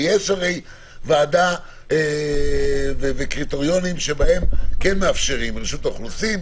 ויש ועדה וקריטריונים שבהם כן מאפשרים רשות האוכלוסין,